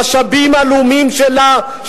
המשאבים הלאומיים שלה,